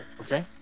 okay